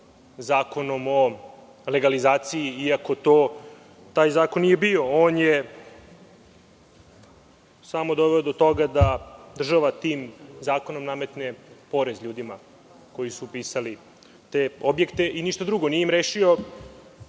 Zakonom o legalizaciji iako taj zakon nije bio. On je samo doveo do toga da država tim zakonom nametne porez ljudima koji su pisali te objekte i ništa drugo, nije im rešio